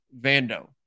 Vando